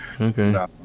Okay